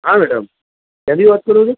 હા મેડમ ક્યાંથી વાત કરો છો